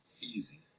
easy